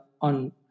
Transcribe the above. on